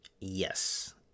Yes